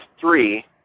three